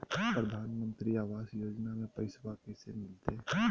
प्रधानमंत्री आवास योजना में पैसबा कैसे मिलते?